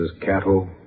cattle